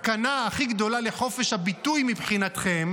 הסכנה הכי גדולה לחופש הביטוי מבחינתכם